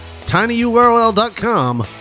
tinyurl.com